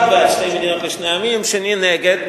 אחד בעד שתי מדינות לשני עמים, שני, נגד.